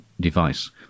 device